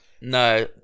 No